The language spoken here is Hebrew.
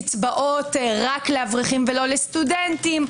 כמו קצבאות רק לאברכים ולא לסטודנטים,